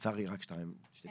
רק שתי דקות.